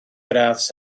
gradd